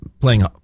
playing